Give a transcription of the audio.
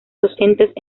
docentes